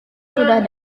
sudah